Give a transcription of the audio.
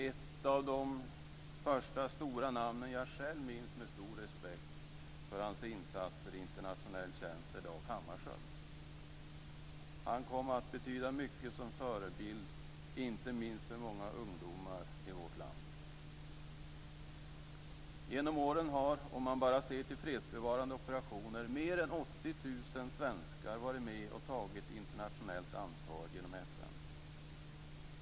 Ett av de första stora namn jag själv minns, med stor respekt för hans insatser i internationell tjänst, är Dag Hammarskjöld. Han kom att betyda mycket som förebild, inte minst för många ungdomar i vårt land. Genom åren har, om man bara ser till fredsbevarande operationer, mer än 80 000 svenskar varit med och tagit internationellt ansvar genom FN.